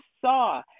saw